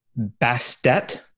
Bastet